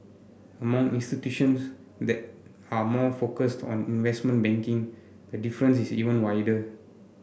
among institutions that are more focused on investment banking the difference is even wider